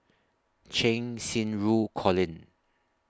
Cheng Xinru Colin